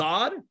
God